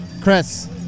Chris